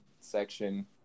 section